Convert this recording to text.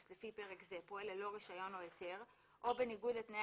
לפי פרק זה פועל ללא רישיון או היתר או בניגוד לתנאי